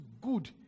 good